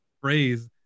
phrase